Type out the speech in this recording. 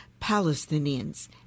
Palestinians